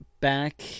Back